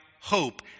hope